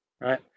right